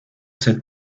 cette